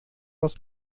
was